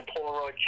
Polaroid